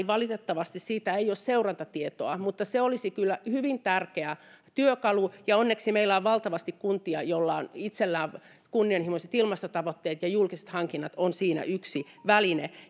valitettavasti siitä ei ole seurantatietoa mutta se olisi kyllä hyvin tärkeä työkalu onneksi meillä on valtavasti kuntia joilla on itsellään kunnianhimoiset ilmastotavoitteet ja julkiset hankinnat on siinä yksi väline